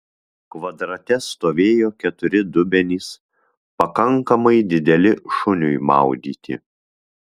kvadrate stovėjo keturi dubenys pakankamai dideli šuniui maudyti